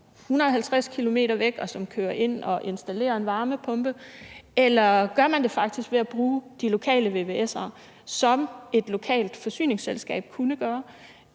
150 km væk, og som kører ind og installerer en varmepumpe? Eller gør man det faktisk ved at bruge de lokale vvs'ere, som et lokalt forsyningsselskab kunne gøre,